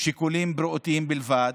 שיקולים בריאותיים בלבד,